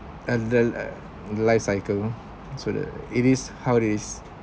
uh the uh the life cycle so the it is how it is